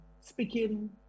speaking